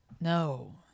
no